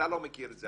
אתה לא מכיר את זה.